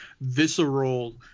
visceral